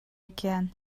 икән